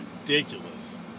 ridiculous